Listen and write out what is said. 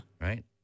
Right